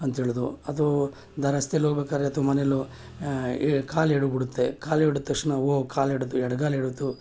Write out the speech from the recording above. ಅಂಥೇಳೋದು ಅದೂ ದ ರಸ್ತೆಲಿ ಹೋಗ್ಬೇಕಾದ್ರೆ ಅಥ್ವಾ ಮನೆಯಲ್ಲೋ ಈ ಕಾಲು ಎಡ್ಬಿಡುತ್ತೆ ಕಾಲು ಎಡ್ವಿ ತಕ್ಷಣ ಓ ಕಾಲು ಎಡ್ದು ಎಡ್ಗಾಲ ಎಡದ್ದು